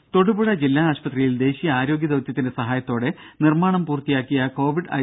ദേദ തൊടുപുഴ ജില്ലാ ആശുപത്രിയിൽ ദേശീയ ആരോഗ്യ ദൌത്യത്തിന്റെ സഹായത്തോടെ നിർമ്മാണം പുർത്തിയാക്കിയ കോവിഡ് ഐ